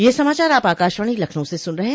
ब्रे क यह समाचार आप आकाशवाणी लखनऊ से सुन रहे हैं